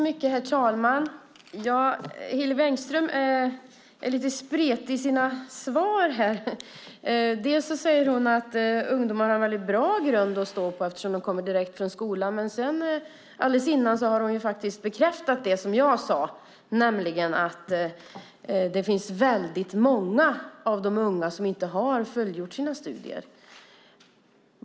Herr talman! Hillevi Engström är lite spretig i sina svar. Hon säger att ungdomar har väldigt bra grund att stå på eftersom de kommer direkt från skolan, men alldeles innan bekräftade hon faktiskt det som jag sade, nämligen att det finns väldigt många unga som inte har fullgjort sina studier.